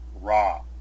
raw